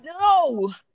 No